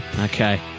Okay